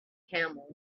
camels